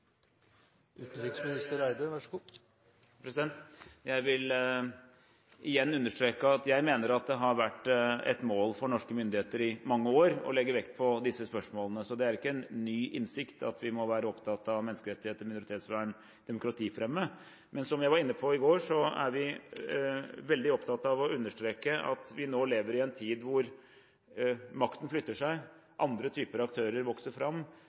Jeg vil igjen understreke at jeg mener at det har vært et mål for norske myndigheter i mange år å legge vekt på disse spørsmålene, så det er ikke en ny innsikt at vi må være opptatt av menneskerettigheter, minoritetsvern og demokratifremme. Men som jeg var inne på i går, er vi veldig opptatt av å understreke at vi nå lever i en tid da makten flytter seg, andre typer aktører vokser fram.